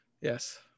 Yes